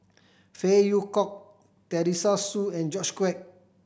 Phey Yew Kok Teresa Hsu and George Quek